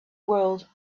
world